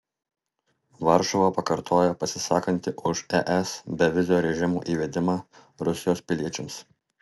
varšuva pakartojo pasisakanti už es bevizio režimo įvedimą rusijos piliečiams